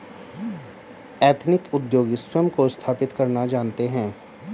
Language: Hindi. एथनिक उद्योगी स्वयं को स्थापित करना जानते हैं